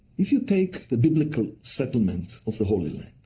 if you take the biblical settlement of the holy land,